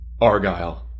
Argyle